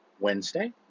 Wednesday